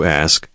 ask